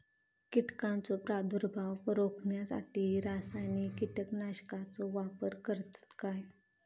कीटकांचो प्रादुर्भाव रोखण्यासाठी रासायनिक कीटकनाशकाचो वापर करतत काय?